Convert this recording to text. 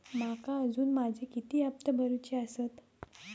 माका अजून माझे किती हप्ते भरूचे आसत?